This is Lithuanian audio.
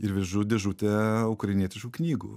ir vežu dėžutę ukrainietiškų knygų